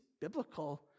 Biblical